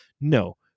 No